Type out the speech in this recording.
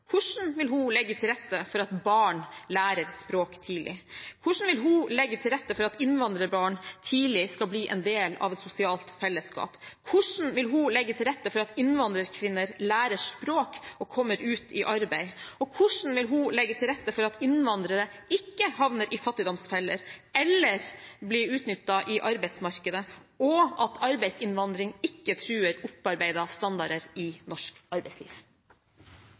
Hvordan vil hun legge til rette for at barn lærer språk tidlig? Hvordan vil hun legge til rette for at innvandrerbarn tidlig skal bli en del av et sosialt fellesskap? Hvordan vil hun legge til rette for at innvandrerkvinner lærer språk og kommer ut i arbeid? Og hvordan vil hun legge til rette for at innvandrere ikke havner i fattigdomsfeller eller blir utnyttet i arbeidsmarkedet, og at arbeidsinnvandring ikke truer opparbeidede standarder i norsk arbeidsliv?